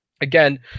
Again